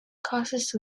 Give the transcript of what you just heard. causes